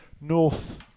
north